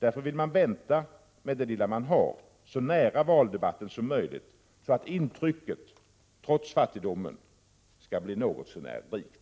Därför vill man vänta med det lilla man har till så nära valdebatten som möjligt, så att intrycket trots fattigdomen skall bli något så när rikt.